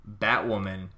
Batwoman